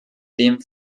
dem